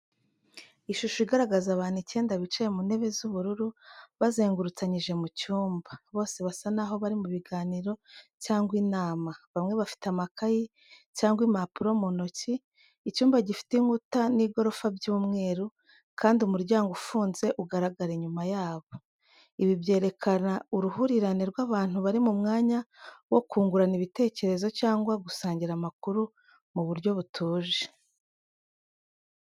Ishusho igaragaza abantu icyenda bicaye mu ntebe z’ubururu bazengurutsanyije mu cyumba. Bose basa n’aho bari mu biganiro cyangwa inama, bamwe bafite amakayi cyangwa impapuro mu ntoki, Icyumba gifite inkuta n’igorofa by’umweru, kandi umuryango ufunze ugaragara inyuma yabo. Ibi byerekana uruhurirane rw’abantu bari mu mwanya wo kungurana ibitekerezo cyangwa gusangira amakuru mu buryo butuje.